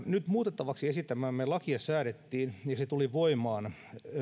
nyt muutettavaksi esittämäämme lakia säädettiin ja se tuli voimaan